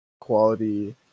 quality